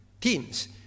Teens